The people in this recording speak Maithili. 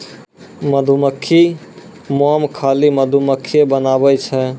मधुमक्खी मोम खाली मधुमक्खिए बनाबै छै